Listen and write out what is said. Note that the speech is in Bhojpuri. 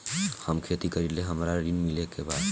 हम खेती करीले हमरा ऋण मिली का?